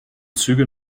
züge